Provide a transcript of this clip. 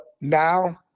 now